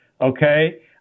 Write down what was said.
okay